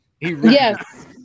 Yes